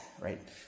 right